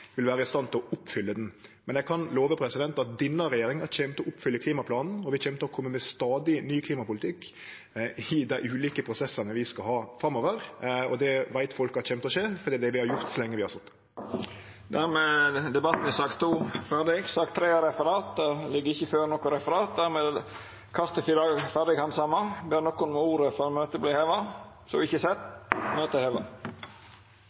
vil vere i stand til å oppfylle han. Men eg kan love at denne regjeringa kjem til å oppfylle klimaplanen, og vi kjem til å kome med stadig ny klimapolitikk i dei ulike prosessane vi skal ha framover. Og det veit folk at kjem til å skje, for det er det vi har gjort så lenge vi har sete. Då er sak nr. 2 ferdig. Det ligg ikkje føre noko referat. Dermed er dagens kart handsama ferdig. Ber nokon om ordet før møtet vert heva? – Møtet er heva.